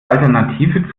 alternative